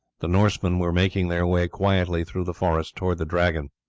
the norsemen were making their way quietly through the forest towards the dragon.